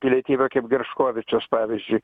pilietybę kaip giršovičius pavyzdžiui